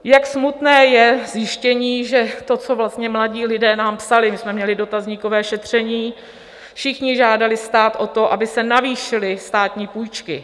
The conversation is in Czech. Jak smutné je zjištění, že to, co vlastně mladí lidé nám psali my jsme měli dotazníkové šetření: všichni žádali stát o to, aby se navýšily státní půjčky.